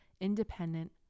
independent